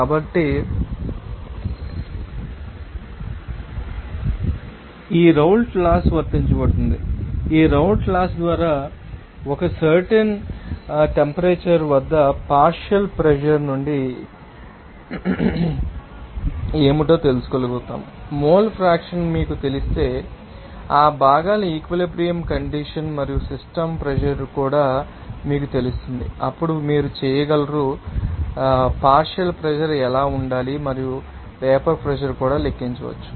కాబట్టి ఈ Raoult laws ద్వారా ఒక సర్టెన్ టెంపరేచర్ వద్ద పార్షియల్ ప్రెషర్ నుండి ఏమిటో తెలుసుకోగలుగుతాము మోల్ ఫ్రాక్షన్ మీకు తెలిస్తే ఆ భాగాల ఈక్వలెబ్రియంకండీషన్ మరియు సిస్టమ్ ప్రెషర్ కూడా మీకు తెలుస్తుంది అప్పుడు మీరు చేయగలరు లెక్కించు పార్షియల్ ప్రెషర్ ఎలా ఉండాలి మరియు మీరు ఆ వేపర్ ప్రెషర్ కూడా లెక్కించవచ్చు